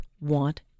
want